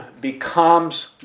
becomes